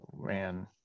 man